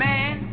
Man